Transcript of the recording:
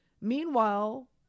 Meanwhile